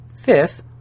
Fifth